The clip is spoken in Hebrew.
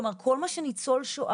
כלומר, כל מה שניצול שואה